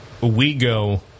WEGO